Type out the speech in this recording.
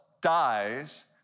dies